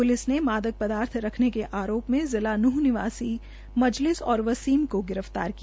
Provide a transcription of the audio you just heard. police ने मादक पदार्थ रखने के आरोप में जिला नूंह निवासी मजलिस और वसीम को गिरफ्तार किया